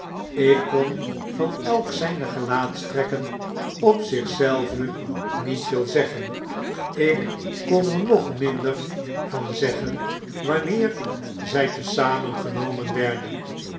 ik kon van elk zyner gelaatstrekken op zich zelven niet veel zeggen ik kon er nog minder van zeggen wanneer zy te zamen genomen werden